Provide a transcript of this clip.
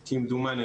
כמדומני.